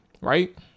Right